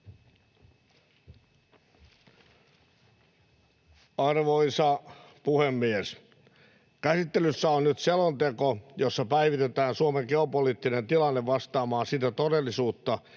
Arvoisa puhemies! Käsittelyssä on nyt selonteko, jossa päivitetään Suomen geopoliittinen tilanne vastaamaan sitä todellisuutta,